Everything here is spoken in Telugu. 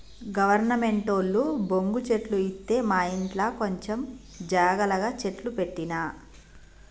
గవర్నమెంటోళ్లు బొంగు చెట్లు ఇత్తె మాఇంట్ల కొంచం జాగల గ చెట్లు పెట్టిన